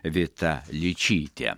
vita ličytė